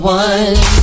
one